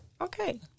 Okay